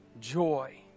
joy